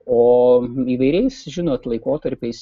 o įvairiais žinot laikotarpiais